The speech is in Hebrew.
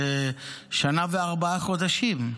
זה שנה וארבעה חודשים.